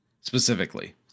specifically